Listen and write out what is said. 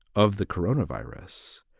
of the corona virus.